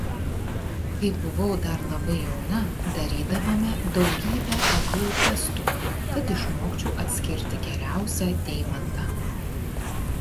kai buvau dar labai jauna darydavome daugybę aklų testų kad išmokčiau atskirti geriausią deimantą